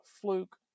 fluke